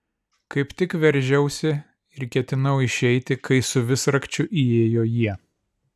kaip tik veržiausi ir ketinau išeiti kai su visrakčiu įėjo jie